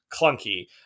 clunky